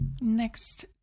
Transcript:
Next